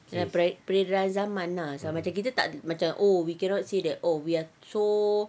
kira peredaran zaman ah macam kita macam takde oh we cannot say that oh we are so